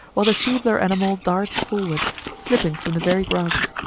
while the feebler animal darts forward, slipping from the very grasp.